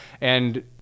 And-